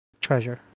treasure